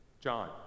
John